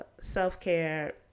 self-care